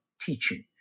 teaching